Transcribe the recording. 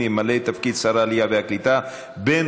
ימלא את תפקיד שר העלייה והקליטה נוסף